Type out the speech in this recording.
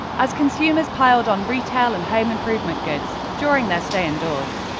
as consumers piled on retail and home improvement goods during their stay indoors.